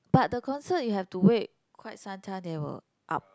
but the concert you have to wait quite some time they will up